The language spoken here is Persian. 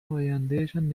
آیندهشان